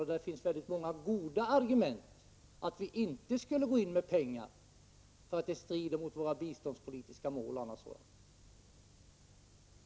Det finns många goda argument för att vi inte skall gå in med pengar, t.ex. att det strider mot våra biståndspolitiska mål.